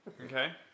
Okay